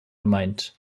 gemeint